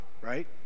right